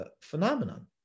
phenomenon